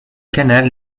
canal